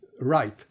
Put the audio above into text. right